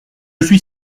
suis